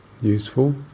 useful